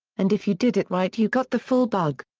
and if you did it right you got the full bug.